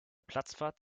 platzwart